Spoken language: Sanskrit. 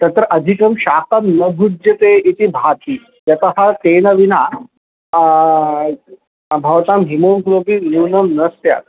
तत्र अधिकं शाकं न भुज्यते इति भाति यतः तेन विना भवतां हिमोग्लोबिन् न्यूनं न स्यात्